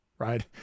right